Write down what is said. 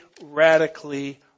radically